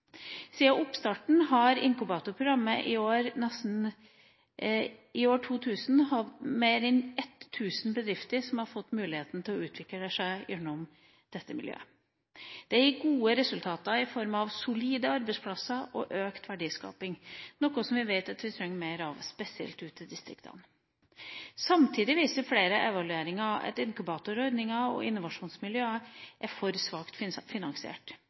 oppstarten av inkubatorprogrammet i år 2000 har mer enn 1 000 bedrifter fått mulighet til å utvikle seg gjennom dette miljøet. Det gir gode resultater i form av solide arbeidsplasser og økt verdiskaping, noe vi vet vi trenger mer av, spesielt ute i distriktene. Samtidig viser flere evalueringer at inkubatorordninga og innovasjonsmiljøene er for svakt finansiert.